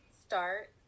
start